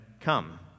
come